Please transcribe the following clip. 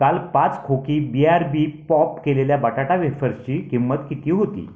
काल पाच खोकी बी आर बी पॉप केलेल्या बटाटा वेफर्सची किंमत किती होती